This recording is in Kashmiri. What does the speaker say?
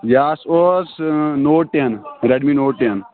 یہِ ہس اوس note ten Redmi note ten